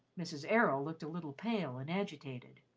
mrs. errol looked a little pale and agitated.